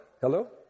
Hello